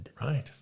Right